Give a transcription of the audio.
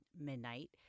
midnight